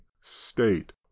state